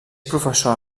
professor